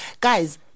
Guys